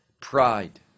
pride